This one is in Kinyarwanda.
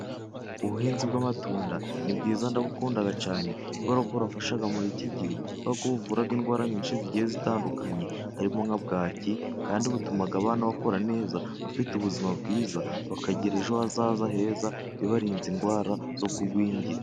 Ubuhinzi bw'amatunda ni bwiza ndabukunda cyane kubera ko burafasha muri iki gihe, aho buvura indwara nyinshi zigiye zitandukanye, harimo nka bwaki kandi butuma abana bakura neza, bafite ubuzima bwiza, bakagira ejo hazaza heza, bibarinze indwara zo kugwingira.